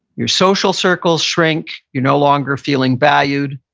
your social circles shrink. you're no longer feeling valued.